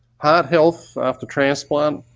heart health after transplant